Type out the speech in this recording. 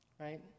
Right